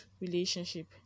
relationship